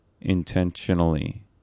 Intentionally